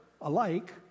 alike